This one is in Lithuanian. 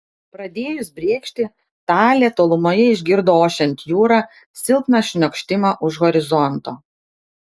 pradėjus brėkšti talė tolumoje išgirdo ošiant jūrą silpną šniokštimą už horizonto